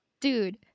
Dude